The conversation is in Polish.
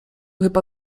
chyba